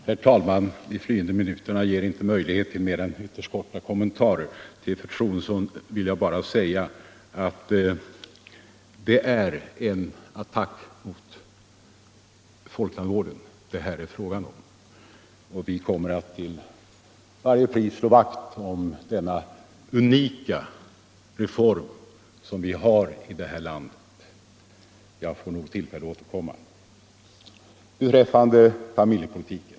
Herr talman! De flyende minuterna ger inte möjlighet till mer än ytterst korta kommentarer. Till fru Troedsson vill jag bara säga att här är det fråga om en attack mot folktandvården, och vi kommer att till varje pris slå vakt om denna unika reform som vi har genomfört i det här landet. Jag får nog tillfälle att återkomma. | Så till familjepolitiken.